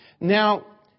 Now